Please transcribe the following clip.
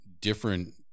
different